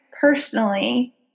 personally